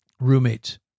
roommates